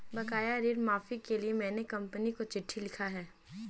बकाया ऋण माफी के लिए मैने कंपनी को चिट्ठी लिखा है